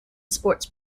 sports